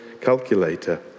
calculator